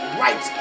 right